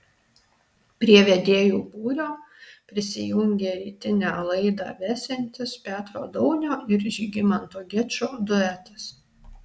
prie vedėjų būrio prisijungė rytinę laidą vesiantis petro daunio ir žygimanto gečo duetas